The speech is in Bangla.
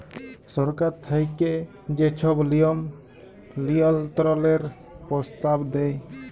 সরকার থ্যাইকে যে ছব লিয়ম লিয়ল্ত্রলের পরস্তাব দেয়